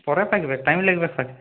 পরে পাকবে টাইম লাগবে পাকতে